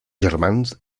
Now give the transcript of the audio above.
germans